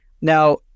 Now